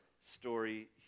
story